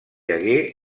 hagué